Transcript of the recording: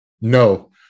no